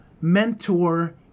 mentor